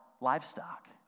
livestock